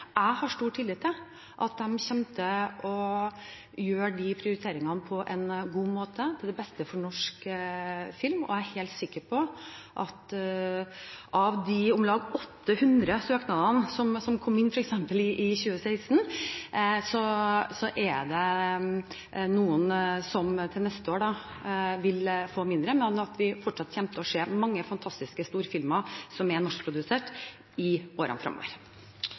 Jeg har stor tillit til at de kommer til å gjøre de prioriteringene på en god måte, til beste for norsk film. Av de om lag 800 søknadene som kom inn f.eks. i 2016, er det noen som til neste år vil få mindre, men jeg er helt sikker på at vi fortsatt kommer til å se mange fantastiske storfilmer som er norskprodusert i årene